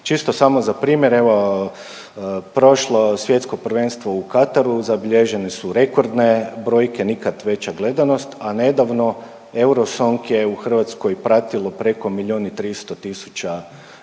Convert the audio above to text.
Čisto samo za primjer evo prošlo Svjetsko prvenstvo u Kataru, zabilježene su rekordne brojke. Nikad veća gledanost, a nedavno Eurosong je u Hrvatskoj pratilo preko milijun i 300 tisuća